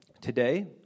Today